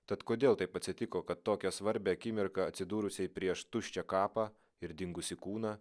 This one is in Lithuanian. tad kodėl taip atsitiko kad tokią svarbią akimirką atsidūrusiai prieš tuščią kapą ir dingusį kūną